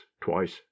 twice